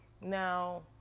Now